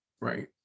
right